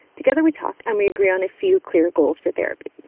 together we talk and we agree on a few clear goals for therapy.